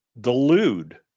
delude